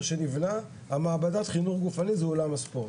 שנבנה המעבדת חינוך גופני זה אולם ספורט.